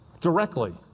directly